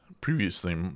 previously